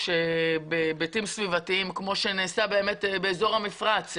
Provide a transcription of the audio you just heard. בהיבטים סביבתיים כמו שנעשה באזור המפרץ.